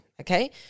okay